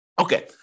Okay